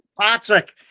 Patrick